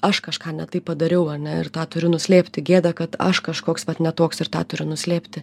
aš kažką ne taip padariau ar ne ir tą turiu nuslėpti gėda kad aš kažkoks vat ne toks ir tą turiu nuslėpti